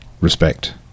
respect